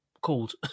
called